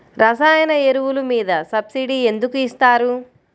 రసాయన ఎరువులు మీద సబ్సిడీ ఎందుకు ఇస్తారు?